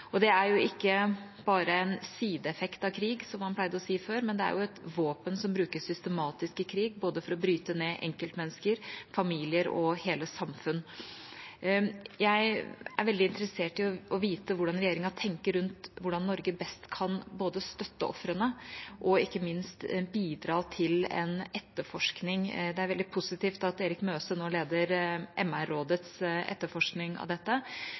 Det er ikke bare en sideeffekt av krig, som man pleide å si før, men det er et våpen som brukes systematisk i krig for å bryte ned både enkeltmennesker, familier og hele samfunn. Jeg er veldig interessert i å vite hvordan regjeringen tenker rundt hvordan Norge best kan både støtte ofrene og ikke minst bidra til en etterforskning. Det er veldig positivt at Erik Møse nå leder MR-rådets etterforskning av dette,